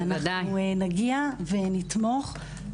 אנחנו נגיע ונתמוך.